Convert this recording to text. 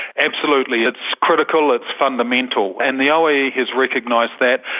absolutely, it's critical, it's fundamental, and the oie has recognised that.